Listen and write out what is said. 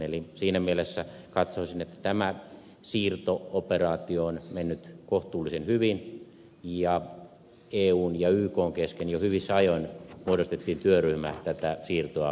eli siinä mielessä katsoisin että tämä siirto operaatio on mennyt kohtuullisen hyvin ja eun ja ykn kesken jo hyvissä ajoin muodostettiin työryhmä tätä siirtoa toteuttamaan